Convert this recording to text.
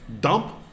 dump